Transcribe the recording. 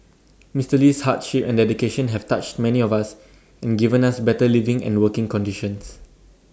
Mister Lee's hard ship and dedication have touched many of us and given us better living and working conditions